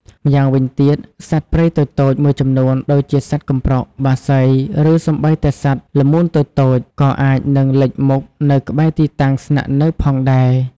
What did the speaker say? ម្យ៉ាងវិញទៀត សត្វព្រៃតូចៗមួយចំនួន ដូចជាសត្វកំប្រុក បក្សី ឬសូម្បីតែសត្វល្មូនតូចៗ ក៏អាចនឹងលេចមុខនៅក្បែរទីតាំងស្នាក់នៅផងដែរ។